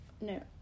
no